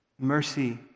Mercy